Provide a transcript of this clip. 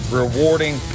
rewarding